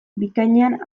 bikainean